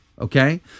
Okay